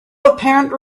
apparent